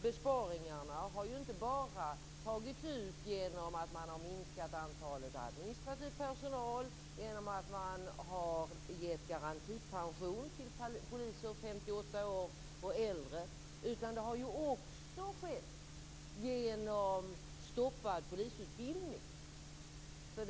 Besparingarna har ju inte bara tagits ut genom att man har minskat antalet administrativ personal, genom att man har gett garantipension till poliser som var 58 år och äldre, utan det har också skett genom stoppad polisutbildning.